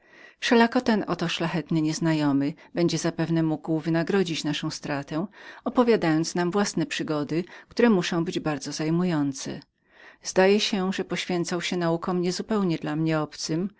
wszelako ten oto szlachetny nieznajomy będzie zapewne mógł wynagrodzić naszą stratę opowiadając nam własne przygody które muszą być nader zajmującemi zdaje się że poświęcał się naukom nie zupełnie dla mnie obcym